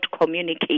communicate